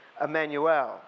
Emmanuel